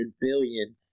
billion